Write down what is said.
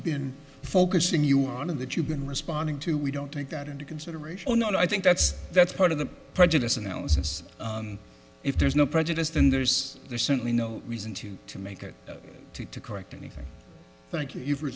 been focusing you on and that you've been responding to we don't take that into consideration or not i think that's that's part of the prejudice analysis if there's no prejudiced and there's there's certainly no reason to to make it to to correct anything thank you